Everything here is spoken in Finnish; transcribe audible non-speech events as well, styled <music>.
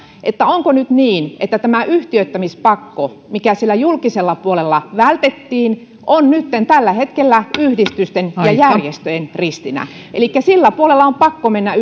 onko nyt niin että tämä yhtiöittämispakko mikä julkisella puolella vältettiin on nytten tällä hetkellä yhdistysten ja järjestöjen ristinä elikkä sillä puolella on pakko mennä <unintelligible>